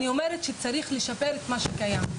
אני אומרת שצריך לשפר את מה שקיים.